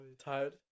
Tired